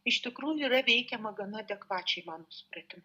iš tikrųjų yra veikiama gana adekvačiai mano supratimu